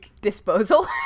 Disposal